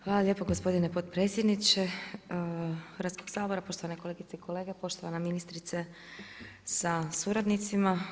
Hvala lijepo gospodine potpredsjedniče Hrvatskog sabora, poštovane kolegice i kolege, poštovana ministrice sa suradnicima.